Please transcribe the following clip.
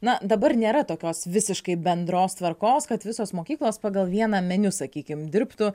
na dabar nėra tokios visiškai bendros tvarkos kad visos mokyklos pagal vieną meniu sakykim dirbtų